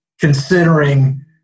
considering